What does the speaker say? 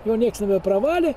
jo nieks nebepravalė